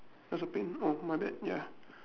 that's the play~ oh my bad ya